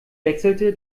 wechselte